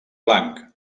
blanc